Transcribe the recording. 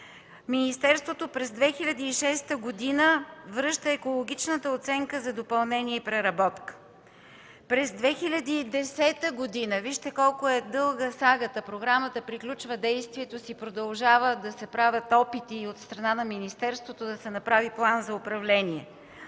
Министерството през 2006 г. връща екологичната оценка за допълнение и преработка. През 2010 г. – вижте колко е дълга сагата, програмата приключва действието си и продължават да се правят опити от страна на министерството да се направи план за управление.